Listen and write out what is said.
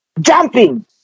jumping